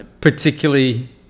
Particularly